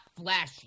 flashy